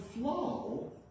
flow